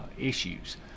issues